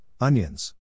onions